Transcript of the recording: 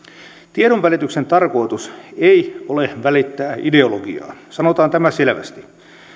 tiedonvälityksen tarkoitus ei ole välittää ideologiaa sanotaan tämä selvästi